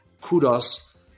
Kudos